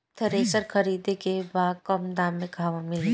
Thresher खरीदे के बा कम दाम में कहवा मिली?